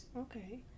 okay